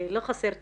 לא חסר תכניות,